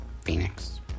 Phoenix